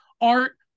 Art